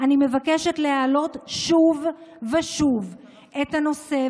אני מבקשת להעלות שוב ושוב את הנושא,